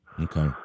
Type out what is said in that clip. Okay